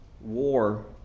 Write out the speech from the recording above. war